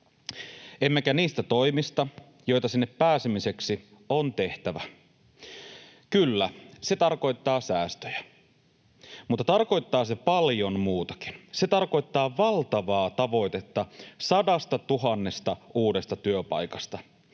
emmekä niistä toimista, joita sinne pääsemiseksi on tehtävä. Kyllä, se tarkoittaa säästöjä, mutta tarkoittaa se paljon muutakin. Se tarkoittaa valtavaa tavoitetta 100 000 uudesta työpaikasta,